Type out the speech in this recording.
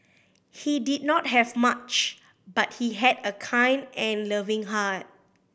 he did not have much but he had a kind and loving heart